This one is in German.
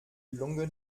lunge